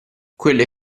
quelle